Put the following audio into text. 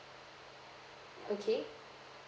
okay